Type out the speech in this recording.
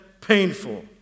painful